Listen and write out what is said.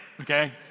okay